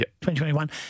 2021